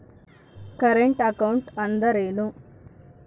Current account ಅಂದರೇನು?